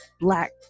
black